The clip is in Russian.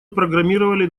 программировали